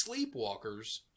Sleepwalkers